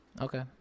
Okay